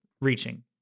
reaching